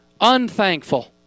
unthankful